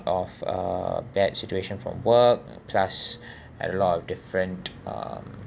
of a bad situation from work plus a lot of different um